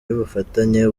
y’ubufatanye